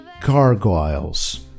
gargoyles